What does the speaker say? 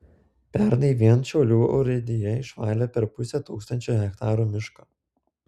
pernai vien šiaulių urėdija išvalė per pusę tūkstančio hektarų miško